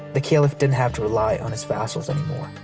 the caliph didn't have to rely on his vassals and